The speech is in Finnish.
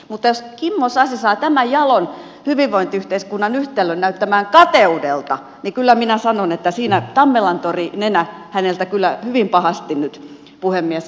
mutta jos kimmo sasi saa tämän jalon hyvinvointiyhteiskunnan yhtälön näyttämään kateudelta niin kyllä minä sanon että siinä tammelantori nenä häneltä kyllä hyvin pahasti nyt puhemies pettää